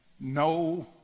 no